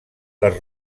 les